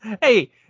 hey